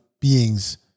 beings